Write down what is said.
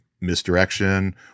misdirection